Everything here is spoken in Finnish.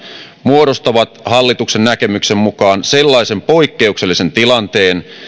muodostavat hallituksen näkemyksen mukaan sellaisen poikkeuksellisen tilanteen